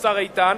השר איתן,